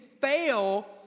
fail